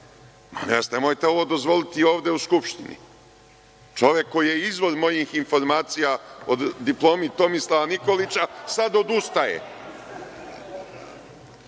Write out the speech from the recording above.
nemojte ovo dozvoliti ovde u Skupštini. Čovek koji je izvor mojih informacija o diplomi Tomislava Nikolića sada odustaje.